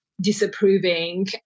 disapproving